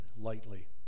lightly